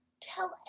Tell